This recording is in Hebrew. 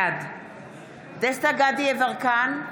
בעד דסטה גדי יברקן,